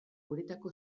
uretako